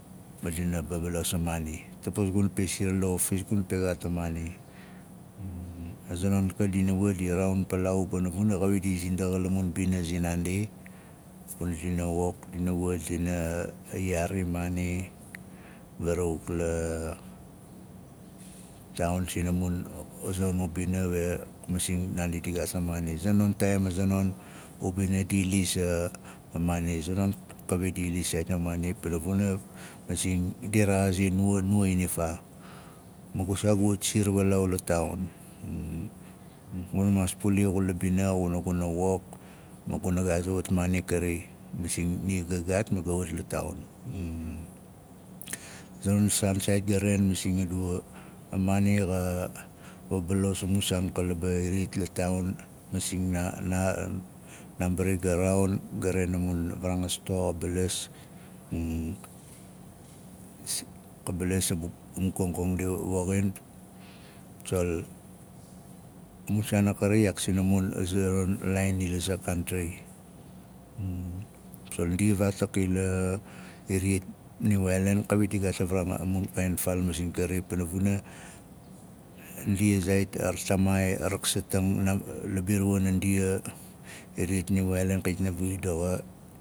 Ma dina vabalos a maana tapos guna pe siar la ofis guna pe gaat a maan. A zanon ka dina wat di raaun palaau pana vuna xawit di zindaxa la mun mbina zinaandi kuna dina wok dina iwat dina yaari maana varawuk la taaun sing mun a zanon ubing we masing naandi di gaat a maana a zanon taaim a za non ubina di i lis a maana a za non kawit di i lis saait a maana pana vuna masing di i rexaazing nuwa nuwa inifaa ma gu saa gu wat siar walaau la taaun guna maas puli xula bina xuna xuna guna wok ma guna gaara wat maana kari masing ni ga gaat ma ga wat la taaun a za non saan saiait ga raain ka laba iriyat la faaun masing naa- naa nuambari go raaun ga ren a mun varaanga sto xa balas ka balas a mu- a mu kongkong di a- a woxin tsol a mu zaan a kari iyaak sing mun zanon a laain ila za kaantri tsol ndia vaatak ila iriyat niu aailan kawit di gaat varaanga mun kaain faal masing kana pana vuna ndia zaait a rataamaai raksatang a- a la viruwa wana wndia iriyat kait na vu daxa